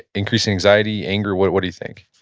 increased anxiety, anger? what what do you think?